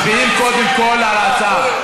מצביעים קודם כול על ההצעה.